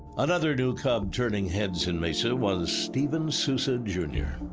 another new cub turning heads in mesa was steven souza jr,